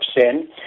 sin